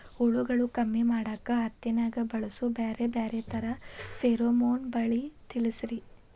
ಹುಳುಗಳು ಕಮ್ಮಿ ಮಾಡಾಕ ಹತ್ತಿನ್ಯಾಗ ಬಳಸು ಬ್ಯಾರೆ ಬ್ಯಾರೆ ತರಾ ಫೆರೋಮೋನ್ ಬಲಿ ತಿಳಸ್ರಿ